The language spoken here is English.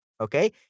okay